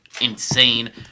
insane